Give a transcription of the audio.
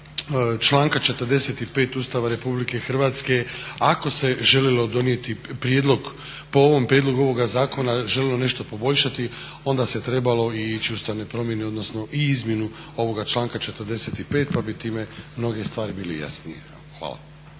članka 45. Ustava Republike Hrvatske ako se željelo donijeti prijedlog, po ovom prijedlogu ovoga zakona željelo nešto poboljšati, onda se trebalo i ići u ustavne promjene odnosno i izmjenu ovoga članka 45. pa bi time mnoge stvari bile jasnije. Hvala.